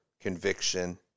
conviction